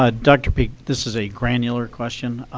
ah dr peak, this is a granular question.